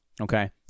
Okay